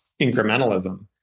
incrementalism